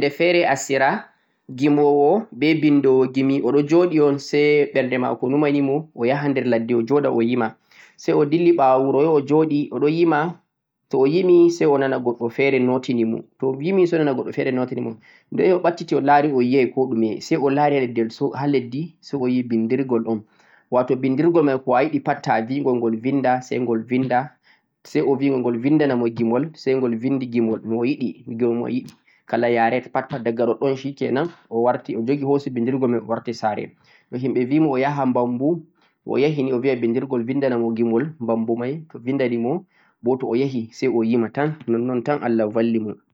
ƴannde feere asira gimowo be binndowo gimi oɗo joɗi un say ɓerde maka numanimo oyahaa nder ladde o koɗa o yima. Say o dilli ɓawo wuro o yahi o joɗi oɗo yima to o yimi say o nana goɗɗo feere notinomo to o yimi say o nana goɗɗo notinomo de o yahi o ɓatti ti o laari yiyay ko ɗume say o laari ha leddi say o laari binndirgol un, wato binndirgol may ko a yiɗi pat to bi gol gol binnda say gol binnda say o bi mo gol binndanamo gimol say gol binndi gimol no o yiɗi, gimol no o yiɗi, kala yare pat diga ɗoɗɗon 'shikenan' o warti o jogi o hoosi binndirgol may o warti saare, to himɓe bi mo o yaha mbambu to o yahi ni o biya binndirgol binndanamo gimol may to binɗanimo bo to o yahi say o yima tan nonnon tan Allah balli mo.